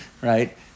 Right